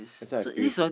that's what I feel